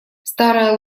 старая